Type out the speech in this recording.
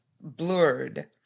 blurred